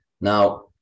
Now